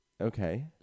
Okay